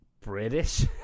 British